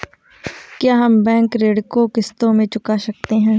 क्या हम बैंक ऋण को किश्तों में चुका सकते हैं?